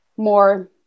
more